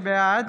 בעד